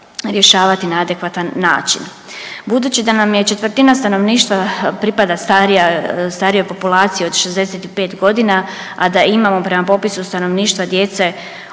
rješavati na adekvatan način. Budući da nam je četvrtina stanovništva pripada starijoj populaciji od 65 godina, a da imamo prema popisu stanovništva djece